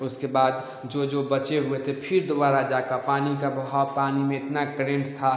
उसके बाद जो जो बचे हुए थे फिर दोबारा जाकर पानी का बहाव पानी में इतना करेंट था